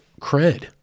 cred